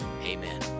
amen